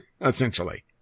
essentially